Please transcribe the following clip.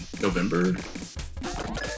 November